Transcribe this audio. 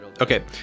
okay